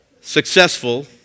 successful